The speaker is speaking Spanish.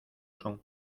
son